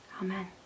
Amen